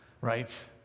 right